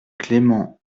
clément